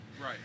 right